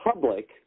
public